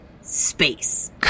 Space